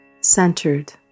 centered